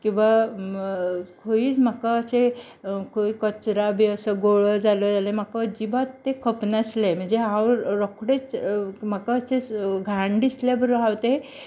किंवां खंयुच म्हाका अशें खंय कचरा बी असो गोळा जालो जल्यार म्हाका अजिबात ते खप नासलें म्हणजे हांव रोखडेंच म्हाका अशें घाण दिसल्यार पुरो हांव तें